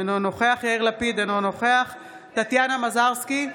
אינו נוכח יאיר לפיד, אינו נוכח טטיאנה מזרסקי,